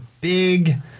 big